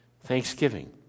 Thanksgiving